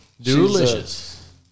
Delicious